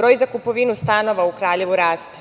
Broj za kupovinu stanova u Kraljevu raste.